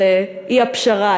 את האי-פשרה,